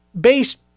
based